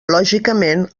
lògicament